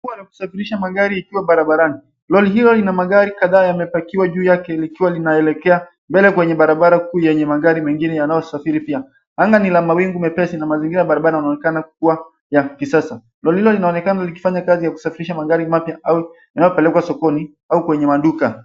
kuwa anakusafirishia magari ikiwa barabarani. Loli hilo lina magari kadhaa yamepakiwa juu yake likiwa linaelekea mbele kwenye barabara kuu yenye magari mengine yanayosafiri pia. Anga ni la mawingu mepesi na mazingira ya barabara yanaonekana kuwa ya kisasa. Lori hilo linaonekana likifanya kazi ya kusafirisha magari mapya au yanayopelekwa sokoni au kwenye maduka.